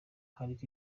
hariho